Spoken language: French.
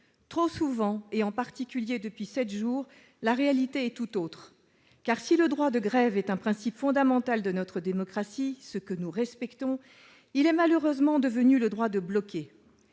Trop souvent et en particulier depuis sept jours, la réalité est tout autre. Si le droit de grève est un principe fondamental de notre démocratie, ce que nous respectons, il est malheureusement devenu le droit de bloquer.